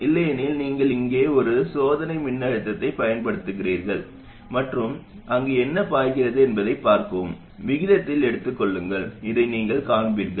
இல்லையெனில் நீங்கள் இங்கே ஒரு சோதனை மின்னழுத்தத்தைப் பயன்படுத்துகிறீர்கள் மற்றும் அங்கு என்ன பாய்கிறது என்பதைப் பார்க்கவும் விகிதத்தை எடுத்துக் கொள்ளுங்கள் இதை நீங்கள் காண்பீர்கள்